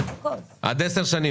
עד 10 שנים